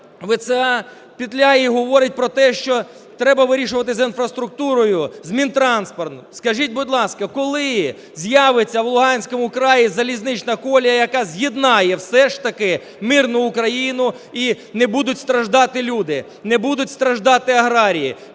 ВЦА петляє і говорить про те, що треба вирішувати з інфраструктурою, з Мінтранспортом. Скажіть, будь ласка, коли з'явиться в Луганському краї залізнична колія, яка з'єднає все ж таки мирну Україну і не будуть страждати люди, не будуть страждати аграрії,